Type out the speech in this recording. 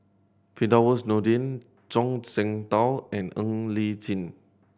Firdaus Nordin Zhuang Shengtao and Ng Li Chin